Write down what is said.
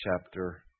chapter